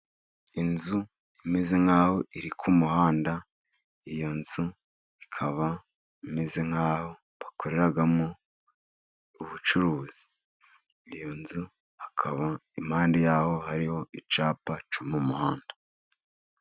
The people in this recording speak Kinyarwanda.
Inzu imeze nk'aho iri ku muhanda, iyo nzu ikaba imeze nk'aho bakoreramo ubucuruzi, iyo nzu hakaba impande y'aho hariho icyapa cyo mu umuhanda.